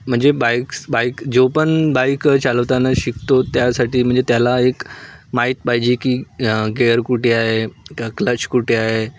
म्हणजे bikes bike जो पण बाईक चालवताना शिकतो त्यासाठी म्हणजे त्याला एक माहीत पाहिजे की गेअर कुठे आहे का क्लच कुठे आहे